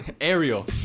Ariel